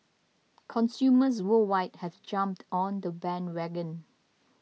consumers worldwide have jumped on the bandwagon